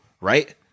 right